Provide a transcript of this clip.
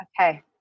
Okay